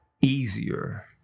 easier